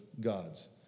gods